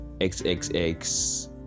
xxx